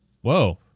Whoa